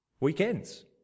Weekends